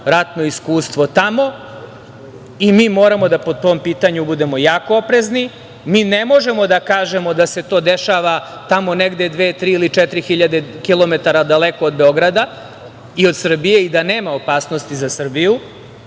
ratno iskustvo tamo. Mi moramo po tom pitanju da budemo jako oprezni. Mi ne možemo da kažemo da se to dešava tamo negde dve, tri ili četiri hiljade kilometara daleko od Beograda i od Srbije i da nema opasnosti za Srbiju.